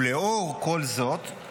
לאור כל זאת,